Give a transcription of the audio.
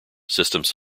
systems